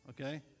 okay